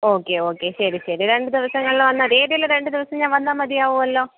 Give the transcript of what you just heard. okay okay ശരി ശരി രണ്ട് ദിവസങ്ങളിൽ വന്നാൽമതി ഏതെങ്കിലും രണ്ട് ദിവസം ഞാൻ വന്നാൽ മതിയാവുമല്ലോ